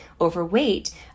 overweight